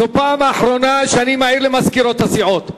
זאת הפעם האחרונה שאני מעיר למזכירות הסיעות.